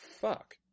fuck